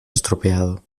estropeado